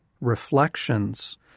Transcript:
reflections